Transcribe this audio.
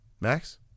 Max